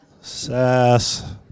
sass